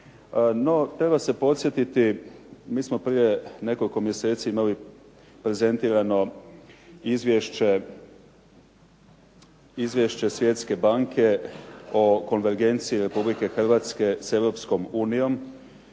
treba se podsjetiti, mi smo prije nekoliko mjeseci imali prezentirano izvješće Svjetske banke o konvergenciji Republike Hrvatske s Europskom unijom,